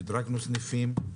שדרגנו סניפים,